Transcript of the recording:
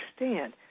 understand